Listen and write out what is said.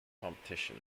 competition